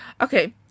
Okay